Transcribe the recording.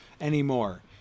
anymore